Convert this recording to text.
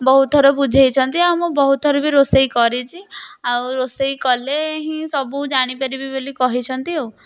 ବହୁତ୍ ଥର ବୁଝେଇଛନ୍ତି ଆଉ ମୁଁ ବହୁତ୍ ଥର ବି ରୋଷେଇ କରିଛି ଆଉ ରୋଷେଇ କଲେ ହିଁ ସବୁ ଜାଣିପାରିବି ବୋଲି କହିଛନ୍ତି ଆଉ